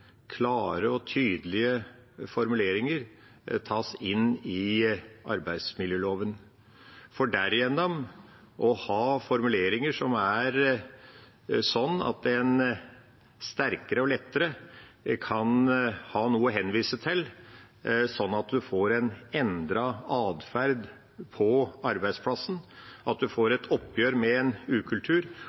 klare og tydelige formuleringer tas inn i arbeidsmiljøloven, for derigjennom å ha formuleringer som er sånn at en sterkere og lettere kan ha noe å henvise til, så en får en endret atferd på arbeidsplassen, at en får et oppgjør med en ukultur,